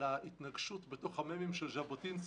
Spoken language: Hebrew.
ההתנגשות בתוך המ"מים של ז'בוטינסקי,